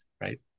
right